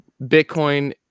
bitcoin